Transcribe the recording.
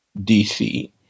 DC